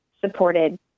supported